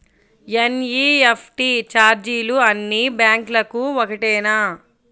NEFT ఛార్జీలు అన్నీ బ్యాంక్లకూ ఒకటేనా?